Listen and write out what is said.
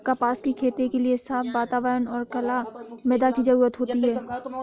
कपास की खेती के लिए साफ़ वातावरण और कला मृदा की जरुरत होती है